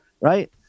Right